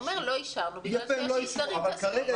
הוא אומר, לא אישרנו בגלל שיש אי סדרים כספיים.